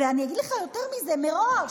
אני אגיד לך יותר מזה: מראש,